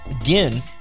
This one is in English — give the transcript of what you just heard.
again